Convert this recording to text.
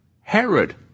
Herod